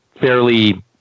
fairly